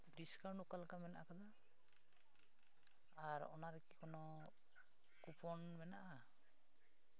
discount ᱚᱠᱟ ᱞᱮᱠᱟ ᱢᱮᱱᱟᱜ ᱠᱟᱫᱟ ᱟᱨ ᱚᱱᱟᱨᱮ ᱠᱳᱱᱳ ᱠᱩᱯᱚᱱ ᱢᱮᱱᱟᱜᱼᱟ